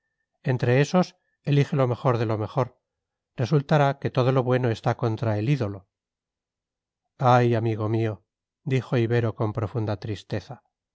entre esos elige lo mejor de lo mejor resultará que todo lo bueno está contra el ídolo ay amigo mío dijo ibero con profunda tristeza